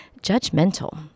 judgmental